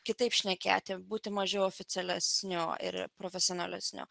kitaip šnekėti būti mažiau oficialesniu ir profesionalesniu